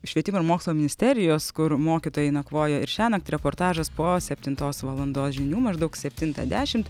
švietimo ir mokslo ministerijos kur mokytojai nakvojo ir šiąnakt reportažas po septintos valandos žinių maždaug septintą dešimt